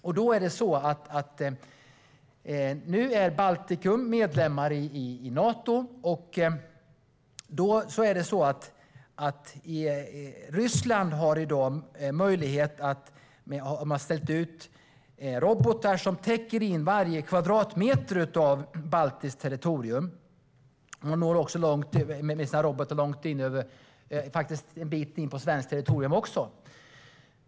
Och nu är länderna i Baltikum medlemmar i Nato. Ryssland har ställt ut robotar som täcker in varje kvadratmeter av baltiskt territorium. Med sina robotar når de faktiskt en bit in på svenskt territorium också.